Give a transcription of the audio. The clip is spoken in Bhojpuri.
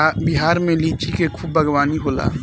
बिहार में लिची के खूब बागवानी होला